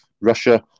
Russia